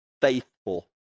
faithful